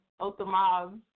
Othamaz